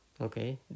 Okay